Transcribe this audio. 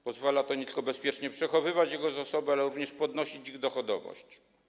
Pozwala to nie tylko bezpiecznie przechowywać jego zasoby, ale również podnosić ich dochodowość.